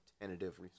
tentative